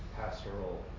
pastoral